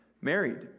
married